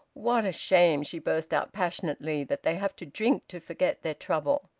what a shame, she burst out passionately, that they have to drink to forget their trouble!